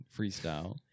freestyle